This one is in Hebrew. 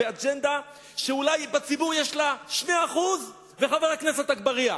באג'נדה שאולי בציבור יש לה 2% וחבר הכנסת אגבאריה,